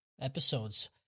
episodes